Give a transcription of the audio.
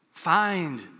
Find